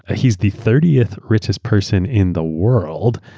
ah heaeurs the thirtieth richest person in the world.